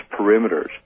perimeters